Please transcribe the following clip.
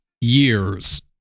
years